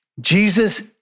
Jesus